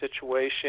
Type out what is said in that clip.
situation